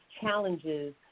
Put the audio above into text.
challenges